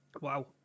Wow